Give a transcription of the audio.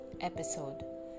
episode